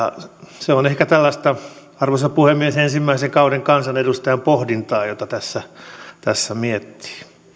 se on ehkä tällaista arvoisa puhemies ensimmäisen kauden kansanedustajan pohdintaa jota tässä tässä miettii